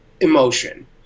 emotion